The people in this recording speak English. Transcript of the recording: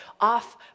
off